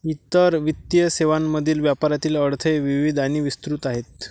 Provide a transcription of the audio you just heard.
इतर वित्तीय सेवांमधील व्यापारातील अडथळे विविध आणि विस्तृत आहेत